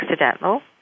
accidental